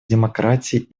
демократии